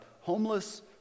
homeless